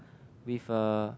with a